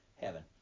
heaven